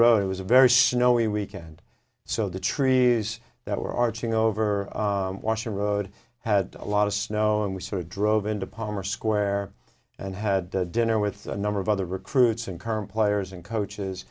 road it was a very snowy weekend so the trees that were arching over washer road had a lot of snow and we sort of drove into palmer square and had dinner with a number of other recruits and current players and coaches